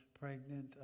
pregnant